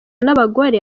n’abagore